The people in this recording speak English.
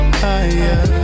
higher